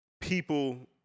people